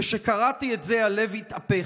כשקראתי את זה, הלב התהפך.